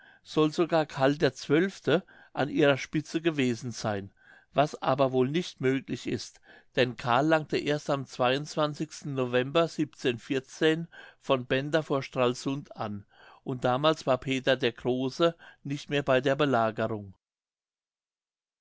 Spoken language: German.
soll sogar karl xii an ihrer spitze gewesen sein was aber wohl nicht möglich ist denn karl langte erst am november von bender vor stralsund an und damals war peter der große nicht mehr bei der belagerung